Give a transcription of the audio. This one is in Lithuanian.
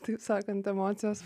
taip sakant emocijos